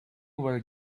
were